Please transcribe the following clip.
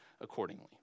accordingly